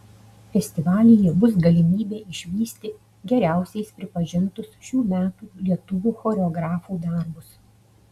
festivalyje bus galimybė išvysti geriausiais pripažintus šių metų lietuvių choreografų darbus